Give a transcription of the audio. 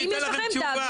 ואם יש לכם תעבירו.